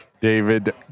David